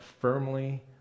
firmly